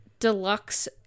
deluxe